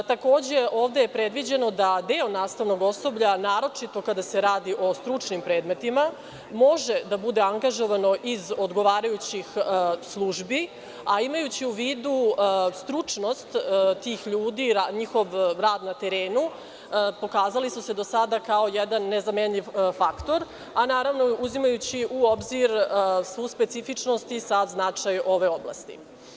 Ovde je predviđeno da deo nastavnog osoblja, a naročito kada se radi o stručnim predmetima, može da bude angažovano iz odgovarajućih službi, a imajući u vidu stručnost tih ljudi i njihov rad na terenu, pokazali su se do sada kao jedan nezamenjiv faktor, a naravno uzimajući u obzir svu specifičnost i sav značaj ove oblasti.